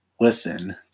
listen